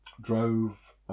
Drove